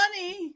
money